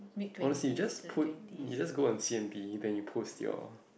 honestly you just put you just go on c_m_b then you post your